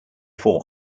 four